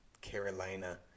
Carolina